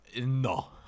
no